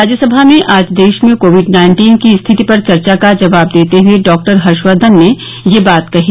राज्यसभा में आज देश में कोविड नाइन्टीन की स्थिति पर चर्चा का जवाब देते हए डॉ हर्षवर्धन ने यह बात कही